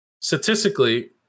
statistically